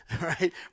right